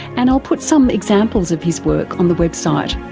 and i'll put some examples of his work on the website.